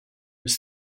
was